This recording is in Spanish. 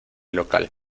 local